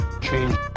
change